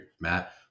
Matt